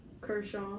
kershaw